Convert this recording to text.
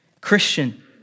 Christian